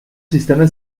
sistema